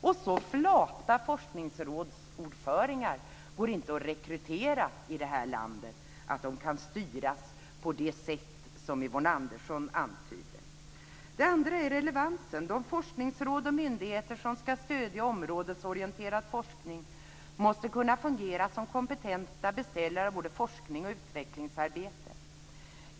Och så flata forskningsrådsordförande går inte att rekrytera i det här landet att de kan styras på det sätt som Yvonne Andersson antyder. Den andra är relevansen. De forskningsråd och myndigheter som ska stödja områdesorienterad forskning måste kunna fungera som kompetenta beställare av både forskning och utvecklingsarbete.